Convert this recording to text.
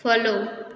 follow